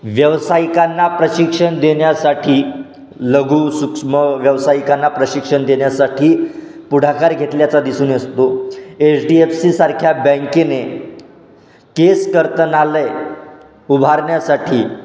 व्यावसायिकांना प्रशिक्षण देण्यासाठी लघु सूक्ष्म व्यावसायिकांना प्रशिक्षण देण्यासाठी पुढाकार घेतल्याचा दिसून असतो एच डी एफ सीसारख्या बँकेने केशकर्तनालय उभारण्यासाठी